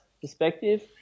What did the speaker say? perspective